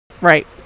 right